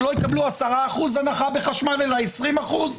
שלא יקבלו 10% הנחה בחשמל אלא 20%?